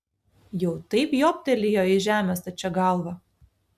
jau taip jobtelėjo į žemę stačia galva